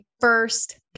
first